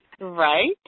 Right